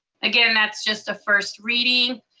again, that's just a first reading.